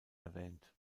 erwähnt